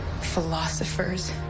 philosophers